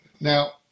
Now